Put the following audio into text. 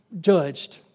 judged